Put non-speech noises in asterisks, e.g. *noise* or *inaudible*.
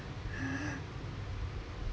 *breath*